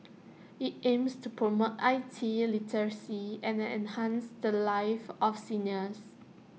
IT aims to promote I T literacy and enhance the lives of seniors